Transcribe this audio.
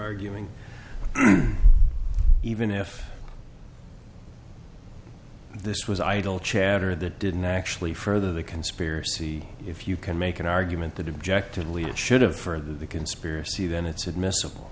arguing even if this was idle chatter that didn't actually further the conspiracy if you can make an argument that object and we have should have for the conspiracy then it's admissable